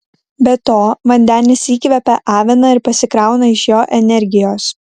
be to vandenis įkvepią aviną ir pasikrauna iš jo energijos